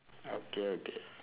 okay okay